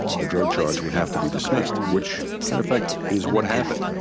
the drug charge would have to be dismissed, which, in effect, is what happened.